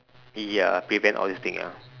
ya prevent all this thing ya